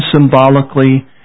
symbolically